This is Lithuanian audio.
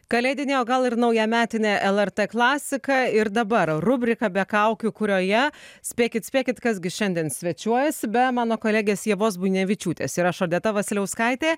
kalėdinė o gal ir naujametinė lrt klasika ir dabar rubrika be kaukių kurioje spėkit spėkit kas gi šiandien svečiuojasi be mano kolegės ievos bunevičiūtės ir aš odeta vasiliauskaitė